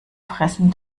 fressen